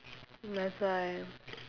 that's why